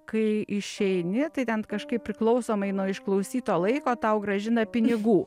kai išeini tai ten kažkaip priklausomai nuo išklausyto laiko tau grąžina pinigų